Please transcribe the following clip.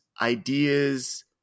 ideas